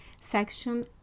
Section